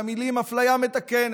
מהמילים "אפליה מתקנת".